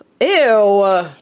Ew